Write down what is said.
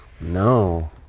No